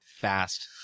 fast